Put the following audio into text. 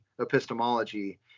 epistemology